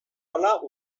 ahala